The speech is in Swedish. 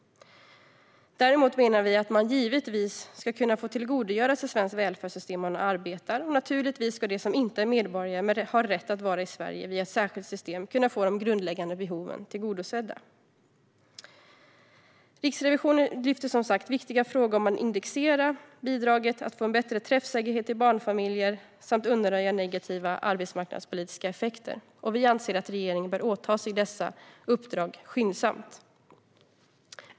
Däremot menar vi att man givetvis ska kunna få tillgodogöra sig svenskt välfärdssystem om man arbetar, och naturligtvis ska de som inte är medborgare men har rätt att vara i Sverige kunna få de grundläggande behoven tillgodosedda via ett särskilt system. Riksrevisionen lyfter som sagt viktiga frågor om att indexera bidraget så att det får en bättre träffsäkerhet till barnfamiljer samt om att undanröja negativa arbetsmarknadspolitiska effekter. Vi anser att regeringen bör åta sig dessa uppdrag skyndsamt.